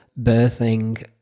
birthing